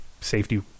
safety